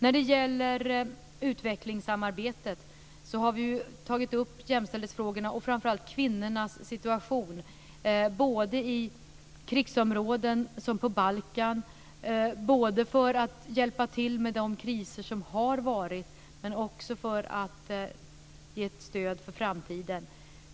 När det gäller utvecklingssamarbetet har vi tagit upp jämställdhetsfrågorna och framför allt kvinnornas situation i krigsområden, som på Balkan, både för att hjälpa till med de kriser som har varit och för att ge ett stöd för framtiden.